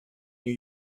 new